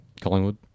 Collingwood